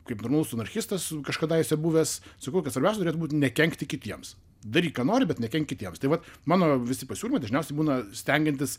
kaip normalus anarchistas kažkadaise buvęs sakau tai svarbiausia turėtų būt nekenkti kitiems daryk ką nori bet nekenk kitiems tai vat mano visi pasiūlymai dažniausiai būna stengiantis